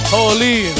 Holy